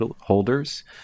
holders